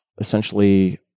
essentially